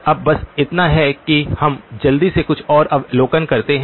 अब बस इतना है कि हम जल्दी से कुछ और अवलोकन करते हैं